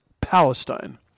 Palestine